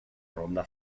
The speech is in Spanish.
ronda